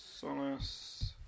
Solace